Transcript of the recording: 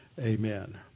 Amen